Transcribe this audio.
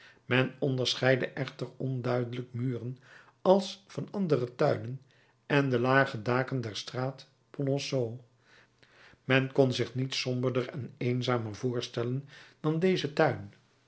men onderscheidde echter onduidelijk muren als van andere tuinen en de lage daken der straat polonceau men kon zich niets somberder en eenzamer voorstellen dan dezen tuin